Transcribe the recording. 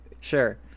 sure